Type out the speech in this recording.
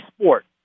sport